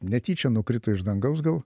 netyčia nukrito iš dangaus gal